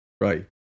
Right